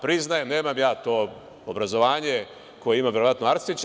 Priznajem, nemam ja to obrazovanje koje ima verovatno Arsić.